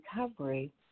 recovery